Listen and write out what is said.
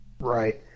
Right